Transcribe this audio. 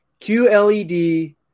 QLED